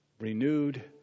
renewed